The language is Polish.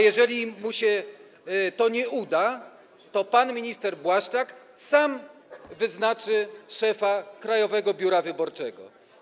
Jeżeli mu się to nie uda, to pan minister Błaszczak sam wyznaczy szefa Krajowego Biura Wyborczego.